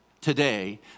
today